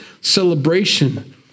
celebration